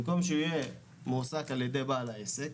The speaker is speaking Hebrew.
במקום שיהיה מועסק על-ידי בעל העסק,